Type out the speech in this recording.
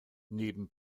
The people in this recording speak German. neben